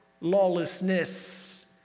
lawlessness